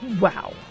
Wow